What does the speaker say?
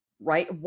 right